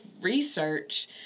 research